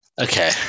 okay